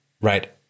Right